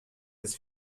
his